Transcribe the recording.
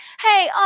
hey